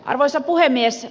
arvoisa puhemies